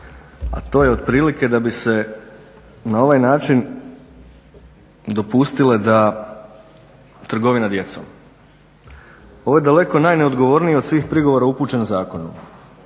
a to je otprilike da bi se na ovaj način dopustile trgovina djecom. Ovo je daleko najneodgovorniji od svih prigovora upućenom zakonu.